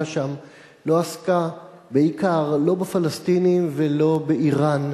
שם לא עסקה בעיקר לא בפלסטינים ולא באירן,